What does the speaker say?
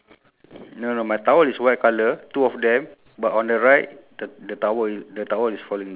is there a a flying bird on the left of the tree